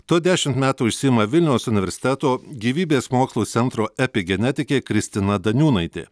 tuo dešimt metų užsiima vilniaus universiteto gyvybės mokslų centro epigenetikė kristina daniūnaitė